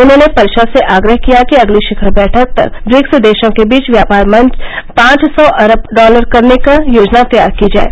उन्होंने परिषद से आग्रह किया कि अगली शिखर बैठक तक ब्रिक्स देशों के बीच व्यापार पांच सौ अरब डॉलर का करने की योजना तैयार की जाये